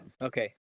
Okay